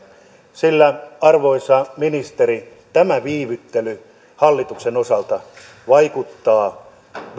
sillä arvoisa ministeri tämä viivyttely hallituksen osalta vaikuttaa